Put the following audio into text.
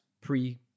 pre